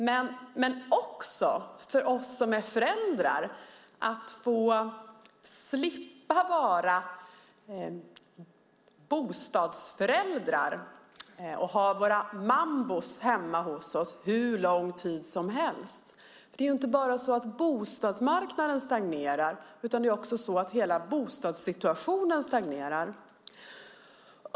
Men det handlar också om oss föräldrar, om att vi ska slippa vara bostadsföräldrar och ha mambor hemma hos oss hur länge som helst. Det är nämligen inte bara bostadsmarknaden som stagnerar utan hela bostadssituationen.